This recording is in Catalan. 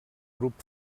grup